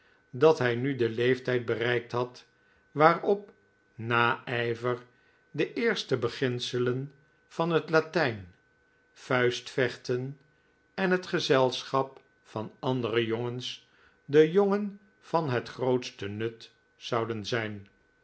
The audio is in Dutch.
dat hij nu den leeftijd bereikt had waarop naijver de eerste beginselen van het latijn vuistvechten en het gezelschap van andere jongens den jongen van het grootste nut zouden zijn